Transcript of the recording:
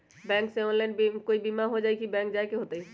Bank से online कोई बिमा हो जाई कि बैंक जाए के होई त?